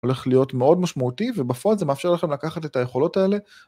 הולך להיות מאוד משמעותי ובפועל זה מאפשר לכם לקחת את היכולות האלה